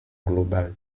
global